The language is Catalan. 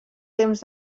temps